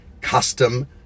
custom